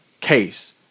case